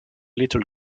little